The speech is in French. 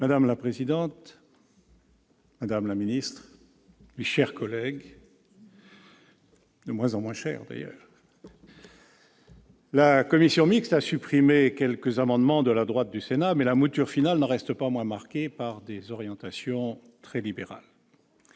Madame la présidente, madame la ministre, mes chers collègues, de moins en moins chers, d'ailleurs, la commission mixte paritaire a supprimé quelques amendements de la droite du Sénat, mais la mouture finale n'en reste pas moins marquée par des orientations très libérales